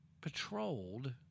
patrolled